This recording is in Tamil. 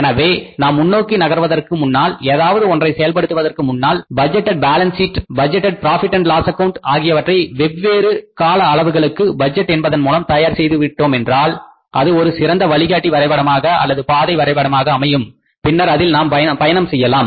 எனவே நாம் முன் நோக்கி நகர்வதற்கு முன்னால் ஏதாவது ஒன்றை செயல்படுத்துவதற்கு முன்னால் budgeted balance sheet budgeted profit and loss account ஆகியவற்றை வெவ்வேறு கால அளவுகளுக்கு பட்ஜெட் என்பதன் மூலம் தயார் செய்து விட்டோமென்றால் அது ஒரு சிறந்த வழிகாட்டி வரைபடமாக அல்லது பாதை வரை படமாக அமையும் பின்னர் அதில் நாம் பயணம் செய்யலாம்